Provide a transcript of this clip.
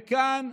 וכאן,